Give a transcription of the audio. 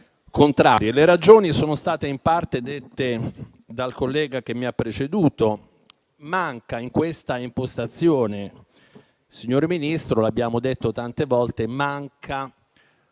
Le ragioni sono state in parte esposte dal collega che mi ha preceduto. In questa impostazione, signor Ministro, come abbiamo detto tante volte, è mancata